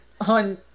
on